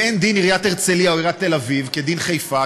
ואין דין עיריית הרצליה או עיריית תל אביב כדין חיפה,